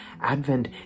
Advent